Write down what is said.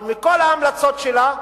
אבל מכל ההמלצות שלה,